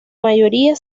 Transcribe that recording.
mayoría